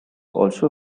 also